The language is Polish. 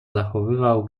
zachowywał